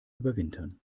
überwintern